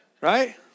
Right